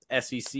sec